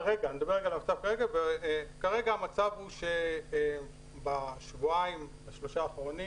כרגע - אני אדבר על המצב כרגע - המצב הוא שבשבועיים-שלושה אחרונים